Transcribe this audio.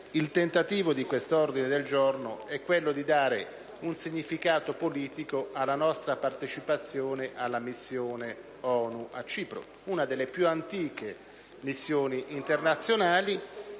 Il tentativo di quest'ordine del giorno è di dare un significato politico alla nostra partecipazione alla missione ONU a Cipro, una delle più antiche missioni internazionali,